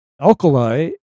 alkali